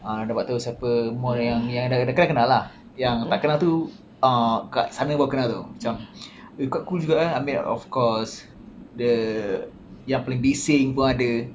and dapat tahu siapa more yang I dah kenal kenal lah yang tak kenal tu uh kat sana baru kenal tahu macam eh quite cool juga eh I mean of course the yang paling bising pun ada